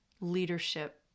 leadership